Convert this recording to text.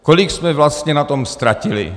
Kolik jsme vlastně na tom ztratili.